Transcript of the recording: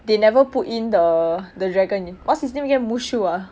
they never put in the the dragon what's his name again mushu ah